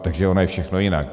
Takže ono je všechno jinak.